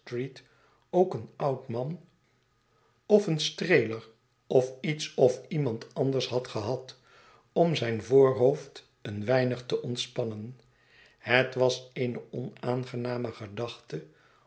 ook een oud man of een streeler of iets of iemand anders had gehad om zijn voorhoofd een weinig te ontspannen het was eene onaangenaame gedachte